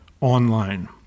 online